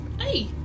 Hey